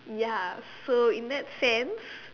ya so in that sense